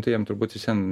tai jiem turbūt vis vien